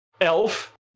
elf